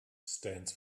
stands